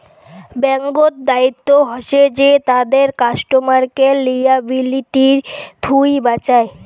ব্যাঙ্ক্ত দায়িত্ব হসে যে তাদের কাস্টমারকে লিয়াবিলিটি থুই বাঁচায়